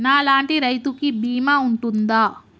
నా లాంటి రైతు కి బీమా ఉంటుందా?